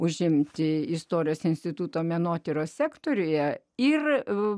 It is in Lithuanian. užimti istorijos instituto menotyros sektoriuje ir